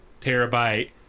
terabyte